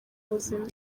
buzima